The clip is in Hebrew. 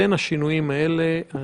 אני